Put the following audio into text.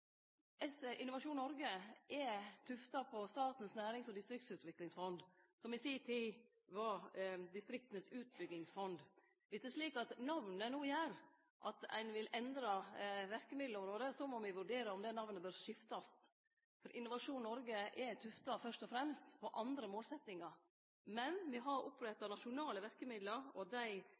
Innovasjon Noreg er tufta på Statens nærings- og distriktsutviklingsfond, som i si tid var Distriktenes Utbyggingfond. Viss det er slik at namnet no gjer at ein vil endre verkemiddelområdet, må me vurdere om namnet bør skiftast. For Innovasjon Noreg er fyrst og fremst tufta på andre målsettingar. Men me har oppretta nasjonale verkemiddel og dei